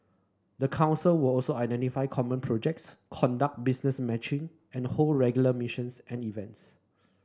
the council will also identify common projects conduct business matching and hold regular missions and events